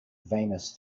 venous